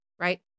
right